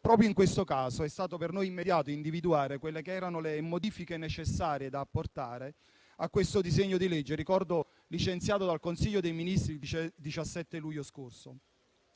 proprio in questo caso è stato per noi immediato individuare le modifiche necessarie da apportare a questo disegno di legge che, lo ricordo, è stato licenziato dal Consiglio dei ministri il 17 luglio scorso,